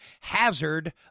Hazard